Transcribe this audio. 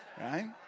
right